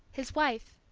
his wife.